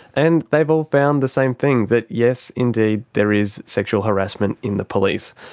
and they have all found the same thing, that yes indeed there is sexual harassment in the police.